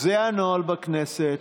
זה הנוהל בכנסת.